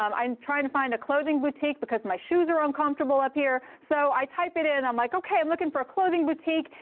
um i'm trying to find a clothing boutique, because my shoes are uncomfortable up here. so i type it in. i'm like, ok, i'm looking for a clothing boutique.